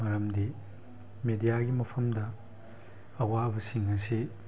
ꯃꯔꯝꯗꯤ ꯃꯦꯗꯤꯌꯥꯒꯤ ꯃꯐꯝꯗ ꯑꯋꯥꯕꯁꯤꯡ ꯑꯁꯤ